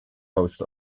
host